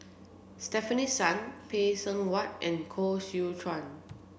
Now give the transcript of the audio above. Stefanie Sun Phay Seng Whatt and Koh Seow Chuan